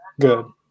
Good